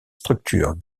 structures